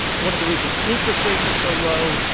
it's one of the reasons interest rates are so low.